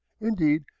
Indeed